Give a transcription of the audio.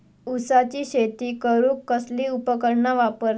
ऊसाची शेती करूक कसली उपकरणा वापरतत?